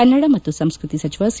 ಕನ್ನಡ ಮತ್ತು ಸಂಸ್ಕೃತಿ ಸಚಿವ ಸಿ